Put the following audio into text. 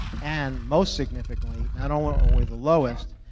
and most significantly, not only are we the lowest.